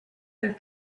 their